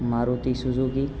Maruti Suzuki